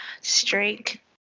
streak